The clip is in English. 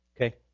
Okay